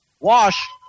Wash